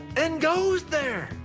and goes there!